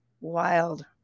wild